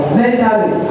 mentally